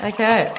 Okay